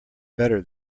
better